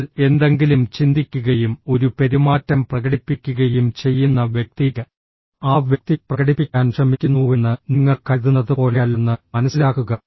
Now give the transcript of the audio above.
എന്നാൽ എന്തെങ്കിലും ചിന്തിക്കുകയും ഒരു പെരുമാറ്റം പ്രകടിപ്പിക്കുകയും ചെയ്യുന്ന വ്യക്തി ആ വ്യക്തി പ്രകടിപ്പിക്കാൻ ശ്രമിക്കുന്നുവെന്ന് നിങ്ങൾ കരുതുന്നത് പോലെയല്ലെന്ന് മനസിലാക്കുക